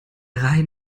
rhein